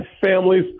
families